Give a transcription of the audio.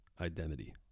identity